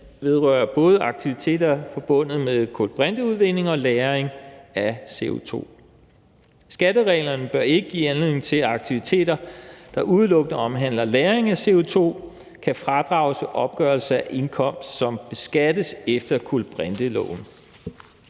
vedrører både aktiviteter forbundet med kulbrinteudvinding og lagring af CO2. Skattereglerne bør ikke give anledning til, at aktiviteter, der udelukkende omhandler lagring af CO2, kan fradrages i opgørelse af indkomst, som beskattes efter kulbrinteloven.